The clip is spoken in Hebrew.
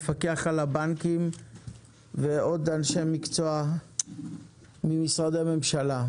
המפקח על הבנקים ועוד אנשי מקצוע ממשרדי הממשלה.